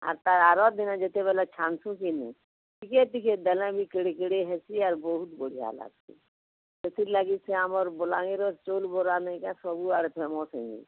ଆର୍ ତା' ଆରଦିନ ଯେତେବେଲେ ଛାଣ୍ସୁଁ କିନି ଟିକିଏ ଟିକିଏ ଦେଲେ ବି କେଡ଼େ କେଡ଼େ ହେସି ଆର୍ ବହୁତ୍ ବଢ଼ିଆ ଲାଗ୍ସି ସେଥିର୍ଲାଗି ସେ ଆମର୍ ବଲାଙ୍ଗୀରର ଚଉଲ୍ ବରା ନେଇଁକେଁ ସବୁଆଡ଼େ ଫେମସ୍ ହେଇ ଯାଇସି